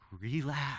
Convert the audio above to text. Relax